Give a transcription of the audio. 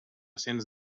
cents